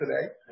today